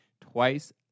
twice